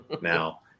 Now